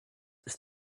ist